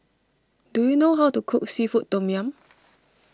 do you know how to cook Seafood Tom Yum